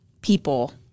people